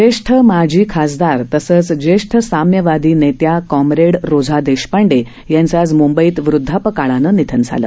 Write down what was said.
ज्येष्ठ माजी खासदार तसंच ज्येष्ठ साम्यवादी नेत्या काँम्रेड रोझा देशपांडे यांचं आज मुंबईत वृद्धापकाळानं निधन झालं